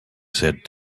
said